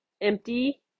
empty